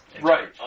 Right